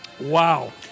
Wow